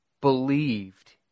believed